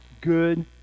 good